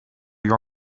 your